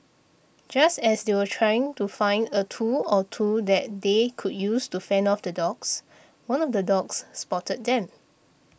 just as they were trying to find a tool or two that they could use to fend off the dogs one of the dogs spotted them